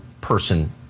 person